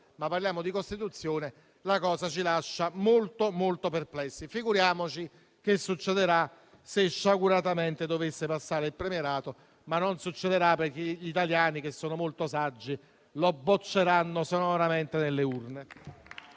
di sport, ma di Costituzione, questo ci lascia molto, molto perplessi. Figuriamoci cosa succederà se sciaguratamente dovesse passare il premierato, ma non succederà perché gli italiani, che sono molto saggi, lo bocceranno sonoramente nelle urne.